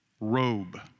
robe